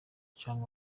canke